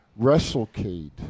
WrestleCade